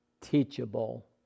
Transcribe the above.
teachable